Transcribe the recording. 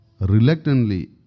reluctantly